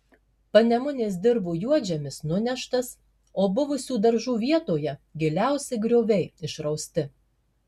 panemunės dirvų juodžemis nuneštas o buvusių daržų vietoje giliausi grioviai išrausti